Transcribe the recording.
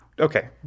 Okay